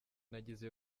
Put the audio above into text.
nagize